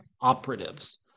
operatives